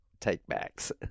take-backs